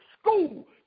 school